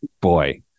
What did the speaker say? Boy